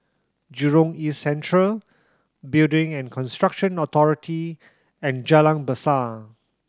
Jurong East Central Building and Construction Authority and Jalan Besar